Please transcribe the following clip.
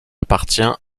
appartient